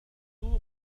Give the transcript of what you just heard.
سوق